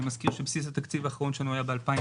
אני מזכיר שבסיס התקציב האחרון שלנו היה ב-2019.